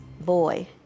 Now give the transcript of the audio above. boy